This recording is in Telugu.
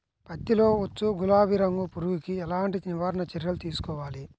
పత్తిలో వచ్చు గులాబీ రంగు పురుగుకి ఎలాంటి నివారణ చర్యలు తీసుకోవాలి?